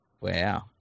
Wow